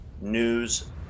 news